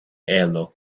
airlock